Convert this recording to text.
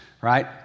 right